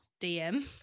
DM